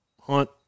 hunt